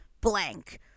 blank